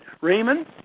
Raymond